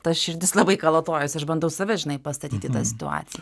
ta širdis labai kalatojosi aš bandau save žinai pastatyt į tą situaci